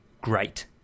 great